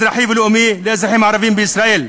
אזרחי ולאומי, לאזרחים הערבים בישראל,